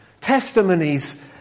testimonies